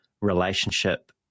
relationship